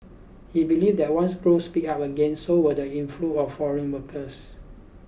he believed that once growths picked up again so will the inflow of foreign workers